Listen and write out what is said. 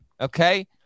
Okay